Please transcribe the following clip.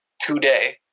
today